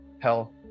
Hell